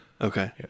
Okay